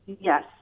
Yes